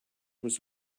was